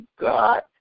God